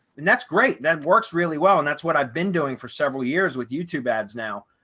and that's great, that works really well. and that's what i've been doing for several years with youtube ads now.